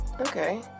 Okay